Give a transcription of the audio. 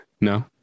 No